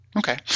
Okay